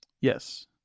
yes